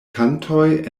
kantoj